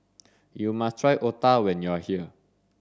you must try Otah when you are here